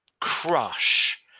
crush